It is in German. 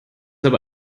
aber